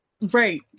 Right